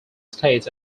states